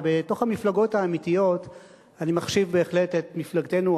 ובתוך המפלגות האמיתיות אני מחשיב בהחלט את מפלגתנו,